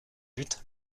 but